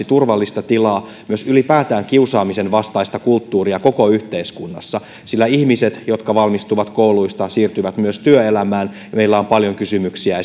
turvallista tilaa myös ylipäätään kiusaamisen vastaista kulttuuria koko yhteiskunnassa sillä ihmiset jotka valmistuvat kouluista siirtyvät myös työelämään ja meillä on paljon kysymyksiä